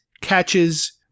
catches